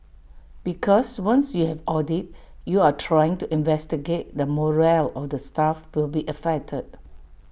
because once you have audit you are trying to investigate the morale of the staff will be affected